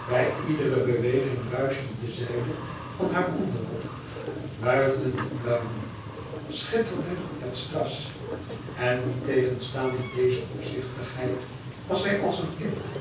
bij iedere beweging ruischte de zijde van haar onderrok wuifden de pluimen schitterde het strass en niettegenstaande deze opzichtigheid was zij als een kind